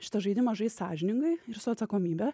šitą žaidimą žaisti sąžiningai ir su atsakomybe